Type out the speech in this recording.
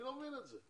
אני לא מבין את זה.